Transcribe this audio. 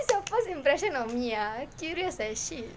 what is your first impression of me ah curious leh shit